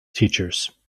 teachers